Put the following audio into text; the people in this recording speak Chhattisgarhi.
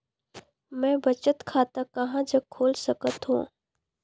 मैं बचत खाता कहां जग खोल सकत हों?